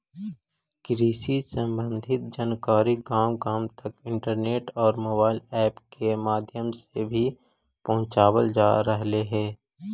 कृषि संबंधी जानकारी गांव गांव तक इंटरनेट और मोबाइल ऐप के माध्यम से भी पहुंचावल जा रहलई हे